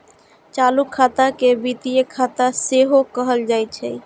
चालू खाता के वित्तीय खाता सेहो कहल जाइ छै